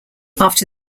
after